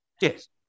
Yes